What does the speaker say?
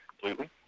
completely